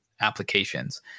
applications